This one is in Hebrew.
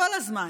כל הזמן: